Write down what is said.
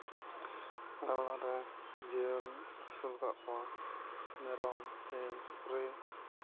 ᱟᱞᱮ ᱚᱲᱟᱜ ᱨᱮ ᱡᱤᱭᱟᱹᱞᱤ ᱟᱹᱥᱩᱞ ᱠᱟᱜ ᱠᱚᱣᱟ ᱢᱮᱨᱚᱢ ᱥᱤᱢ ᱥᱩᱠᱨᱤ